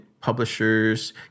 publishers